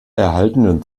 erhaltenen